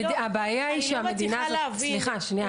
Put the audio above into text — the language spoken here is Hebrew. אני לא מצליחה להבין --- סליחה, שנייה רגע.